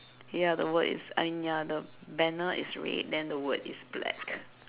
ya the word is I mean ya the banner is red then the word is black